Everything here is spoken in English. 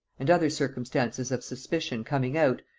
and other circumstances of suspicion coming out,